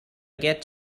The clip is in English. get